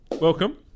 welcome